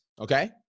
Okay